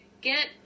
get